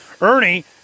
ernie